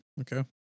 Okay